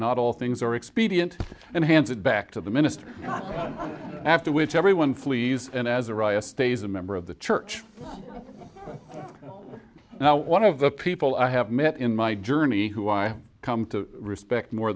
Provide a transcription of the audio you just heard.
not all things are expedient and hands it back to the minister after which everyone flees and azariah stays a member of the church now one of the people i have met in my journey who i have come to respect more